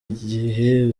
igihe